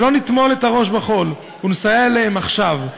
שלא נטמון את הראש בחול ונסייע להם עכשיו.